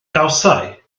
gawsai